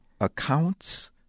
accounts